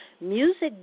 music